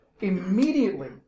immediately